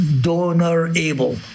donor-able